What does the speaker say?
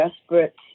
desperate